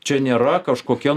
čia nėra kažkokia